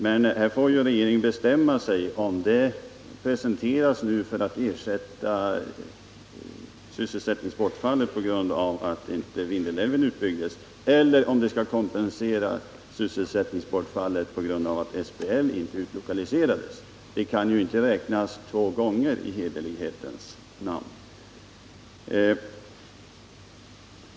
Men här får ju regeringen bestämma sig, om detta nu presenteras för att ersätta sysselsättningsbortfallet på grund av att Vindelälven inte utbyggdes eller om det skall kompensera sysselsättningsbortfallet på grund av att SBL inte utlokaliserades. Det kan ju inte räknas två gånger, i hederlighetens namn.